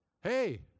Hey